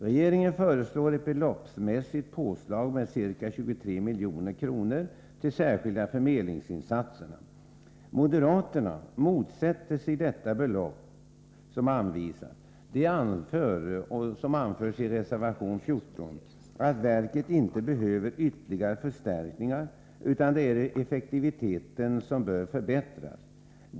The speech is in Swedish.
Regeringen föreslår ett beloppsmässigt påslag med ca 23 milj.kr. till särskilda förmedlingsinsatser. Moderaterna motsätter sig att detta belopp anvisas. De anser, som det anförs i reservation 14, att verket inte behöver ytterligare förstärkningar, men att effektiviteten bör förbättras.